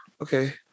okay